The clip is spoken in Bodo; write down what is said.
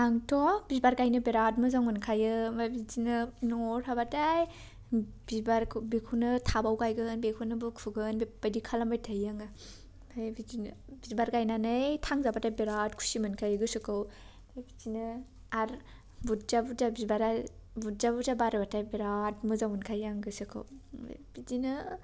आंथ' बिबार गायनो बिरात मोजां मोनखायो ओमफ्राय बिदिनो न'आव थाबाथाय बिबारखौ बेखौनो टाबआव गायगोन बेखौनो बुखुगोन बेबायदि खालामबाय थायो आङो ओमफ्राय बिदिनो बिबार गायनानै थांजाबाथाय बिरात खुसि मोनखायो गोसोखौ बिदिनो आरो बुरजा बुरजा बिबारा बुरजा बुरजा बारबाथाय बिरात मोजां मोनखायो आं गोसो खौ बे बिदिनो